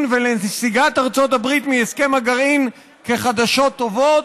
ולנסיגת ארצות הברית מהסכם הגרעין כאל חדשות טובות.